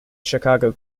chicago